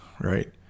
right